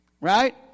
Right